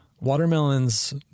watermelons